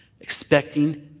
expecting